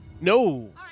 No